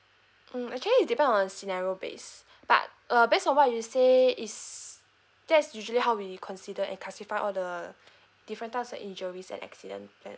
mm actually it depend on scenario base but err based on what you say is that's usually how we consider and classify all the different types of injuries and accident plan